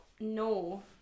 no